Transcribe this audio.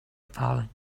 falling